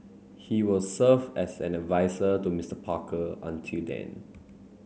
he will serve as an adviser to Mister Parker until then